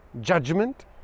judgment